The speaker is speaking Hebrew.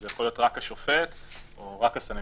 אז זה יכול להיות רק השופט או רק הסנגור.